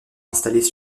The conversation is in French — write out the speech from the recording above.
installés